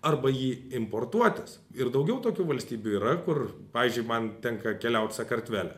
arba jį importuotis ir daugiau tokių valstybių yra kur pavyzdžiui man tenka keliaut sakartvele